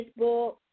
Facebook